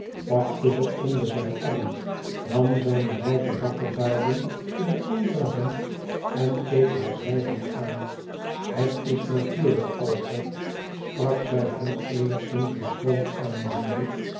pakte ze onder zijn arm nam zijne rijke bakkebaarden in de andere hand en keek haar zwijgend aan het is natuurlijk alfred sprak zij hem eenigszins beschroomd aanziende